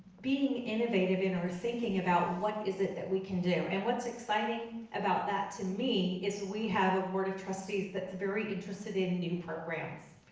being innovative in our thinking about what is it that we can do. and what's exciting about that to me is we have a board of trustees that's very interested in new programs.